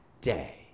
day